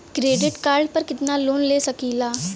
Credit card पर कितनालोन ले सकीला?